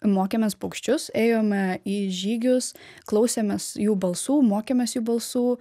mokėmės paukščius ėjome į žygius klausėmės jų balsų mokėmės jų balsų